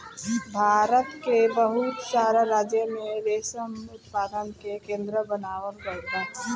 भारत के बहुत सारा राज्य में रेशम उत्पादन के केंद्र बनावल गईल बा